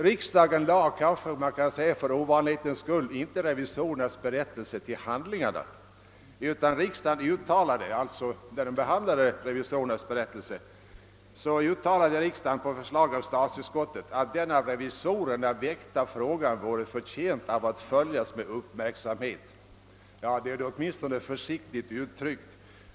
Riksdagen lade — man kanske kan säga för ovanlighetens skull — inte revisorernas berättelse till handlingarna utan riksdagen uttalade, på förslag av statsutskottet att den av revisorerna väckta frågan vore förtjänt att följas med uppmärksamhet. Det är åtminstone försiktigt uttryckt.